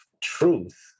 truth